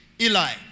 Eli